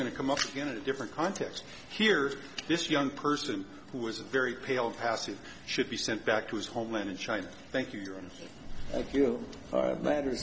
going to come up again in a different context here's this young person who is a very pale passive should be sent back to his homeland in china thank you and i feel